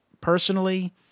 personally